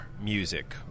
music